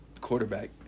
quarterback